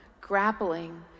grappling